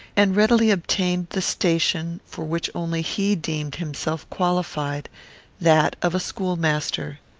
and readily obtained the station for which only he deemed himself qualified that of a schoolmaster.